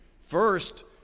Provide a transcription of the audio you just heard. First